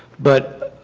but